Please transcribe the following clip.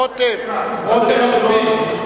רותם, לא שומעים אותך.